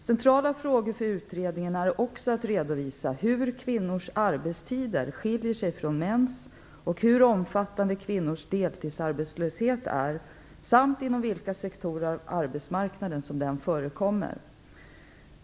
Centrala frågor för utredningen är också att redovisa hur kvinnors arbetstider skiljer sig från mäns och hur omfattande kvinnors deltidsarbetslöshet är samt inom vilka sektorer av arbetsmarknaden den förekommer.